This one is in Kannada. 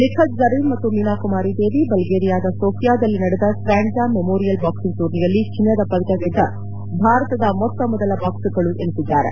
ನಿಖತ್ ಜರೀನ್ ಮತ್ತು ಮೀನಾಕುಮಾರಿ ದೇವಿ ಬಲ್ಗೇರಿಯಾದ ಸೋಫಿಯಾದಲ್ಲಿ ನಡೆದ ಸ್ವಾಂಡ್ವಾ ಮೆಮೋರಿಯಲ್ ಬಾಕ್ಸಿಂಗ್ ಟೂರ್ನಿಯಲ್ಲಿ ಚಿನ್ನದ ಪದಕ ಗೆದ್ದ ಭಾರತದ ಮೊತ್ತ ಮೊದಲ ಬಾಕ್ಸರ್ಗಳು ಎನಿಸಿದ್ದಾರೆ